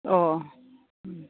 अ'